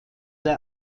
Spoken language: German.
der